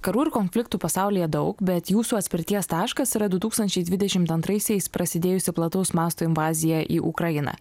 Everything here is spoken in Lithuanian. karų ir konfliktų pasaulyje daug bet jūsų atspirties taškas yra du tūkstančiai dvidešimt antraisiais prasidėjusi plataus masto invazija į ukrainą